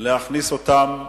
להכניס אותן לאיחוד.